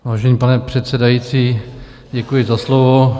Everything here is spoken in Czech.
Vážený pane předsedající, děkuji za slovo.